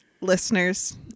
Listeners